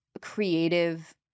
creative